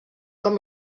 com